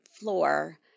floor